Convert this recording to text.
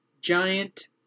Giant